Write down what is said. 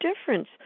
difference